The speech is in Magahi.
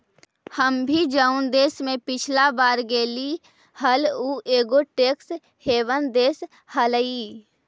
हम भी जऊन देश में पिछला बार गेलीअई हल ऊ एगो टैक्स हेवन देश हलई